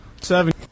Seven